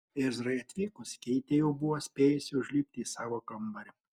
ezrai atvykus keitė jau buvo spėjusi užlipti į savo kambarį